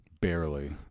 Barely